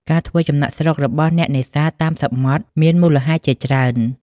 ការធ្វើចំណាកស្រុករបស់អ្នកនេសាទតាមសមុទ្រមានមូលហេតុជាច្រើន។